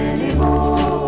Anymore